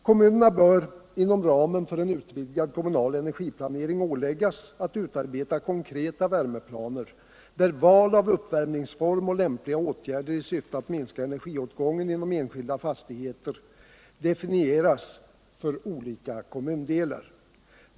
Kommunerna bör inom ramen för en utvidgad kommunal energiplanering åläggas att utarbeta konkreta värmeplaner, där val av uppvärmningsform och lämpliga åtgärder i syfte att minska energiåtgången inom enskilda fastigheter definieras för olika kommundelar.